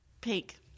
Pink